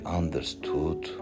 understood